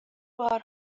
بار